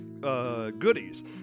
goodies